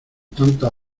tantas